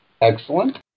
Excellent